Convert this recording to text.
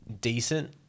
decent